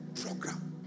program